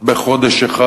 בחודש אחד,